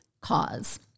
cause